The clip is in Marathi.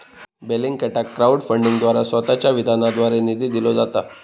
बेलिंगकॅटाक क्राउड फंडिंगद्वारा स्वतःच्या विधानाद्वारे निधी दिलो जाता